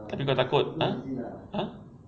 kenapa kau takut !huh!